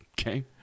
Okay